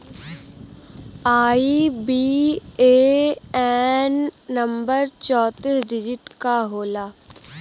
IBAN number चौतीस digit क होला